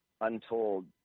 untold